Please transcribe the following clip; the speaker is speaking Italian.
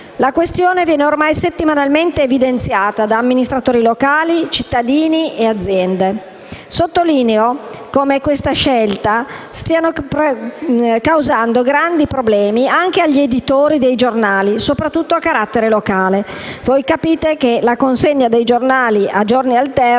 La questione viene ormai settimanalmente evidenziata da amministratori locali, cittadini e aziende. Sottolineo come queste scelte stiano causando grandi problemi anche agli editori di giornali, soprattutto a carattere locale. La consegna a giorni alterni